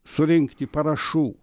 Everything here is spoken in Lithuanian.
surinkti parašų